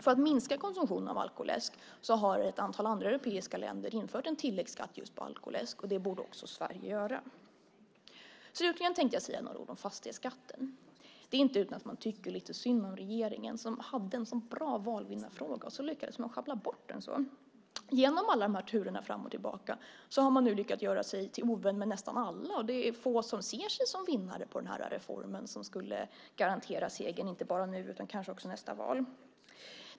För att minska konsumtionen av alkoläsk har ett antal andra europeiska länder infört en tilläggsskatt just på alkoläsk, och det borde också Sverige göra. Slutligen tänkte jag säga några ord om fastighetsskatten. Det är inte utan att man tycker lite synd om regeringen, som hade en så bra valvinnarfråga och sedan lyckades sjabbla bort den så. Genom alla turer fram och tillbaka har man nu lyckats göra sig till ovän med nästan alla. Det är få som ser sig som vinnare på den här reformen, som skulle garantera segern inte bara nu utan kanske också i nästa val.